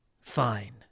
Fine